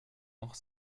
noch